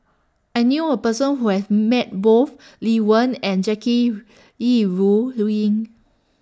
I knew A Person Who has Met Both Lee Wen and Jackie Yi Ru Ying